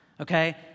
Okay